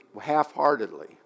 half-heartedly